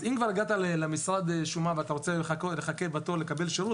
אז אם כבר הגעת למשרד השומה ואתה רוצה לחכות בתור לקבל שירות,